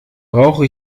brauche